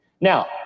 Now